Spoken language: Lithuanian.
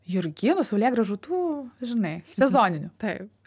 jurginų saulėgrąžų tų žinai sezoninių taip